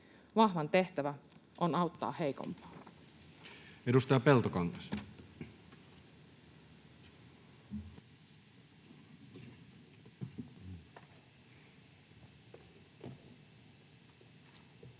Vahvan tehtävä on auttaa heikompaa.